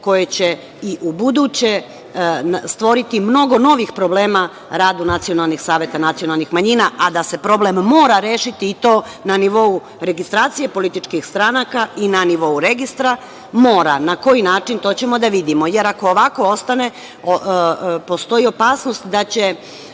koje će i u buduće stvoriti mnogo novih problema u radu nacionalnih saveta nacionalnih manjina, a da se problem mora rešiti i to na nivou registracije političkih stranaka i na nivou registra, mora. Na koji način, to ćemo da vidimo, jer ako ovako ostane, postoji opasnost da će